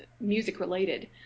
music-related